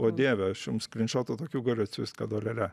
o dieve aš jum skryn šotų tokių galiu atsiųst kad olialia